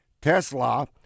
Tesla